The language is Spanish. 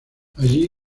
allí